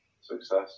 success